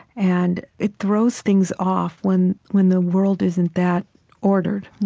and it throws things off when when the world isn't that ordered.